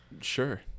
Sure